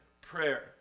prayer